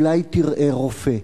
אולי תראה רופא?